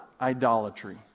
idolatry